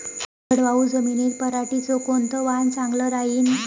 कोरडवाहू जमीनीत पऱ्हाटीचं कोनतं वान चांगलं रायीन?